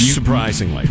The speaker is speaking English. surprisingly